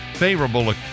favorable